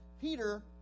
Peter